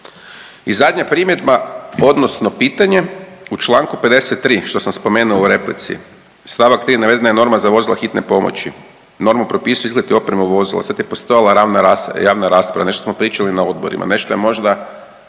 I zadnja primjedba, odnosno pitanje u članku 53. što sam spomenuo u replici stavak 3. navedena je norma za vozila hitne pomoći. Normu propisuje izgled i oprema vozila. Sad je postojala javna rasprava, nešto smo pričali na odborima, nešto je možda